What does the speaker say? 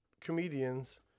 comedians